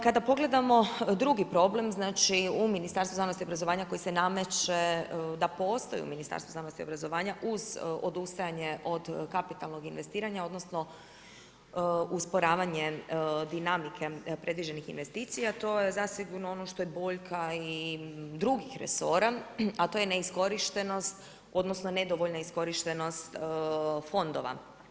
Kada pogledamo drugi problem, znači u Ministarstvu znanosti i obrazovanja koji se nameće da postoji u Ministarstvu znanosti i obrazovanja uz odustajanje od kapitalnog investiranja, odnosno usporavanje dinamike predviđenih investicija, to je zasigurno ono što je boljka i drugih resora a to je neiskorištenost, odnosno nedovoljna iskorištenost fondova.